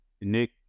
Nick